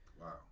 Wow